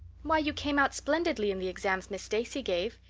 why, you came out splendidly in the exams miss stacy gave.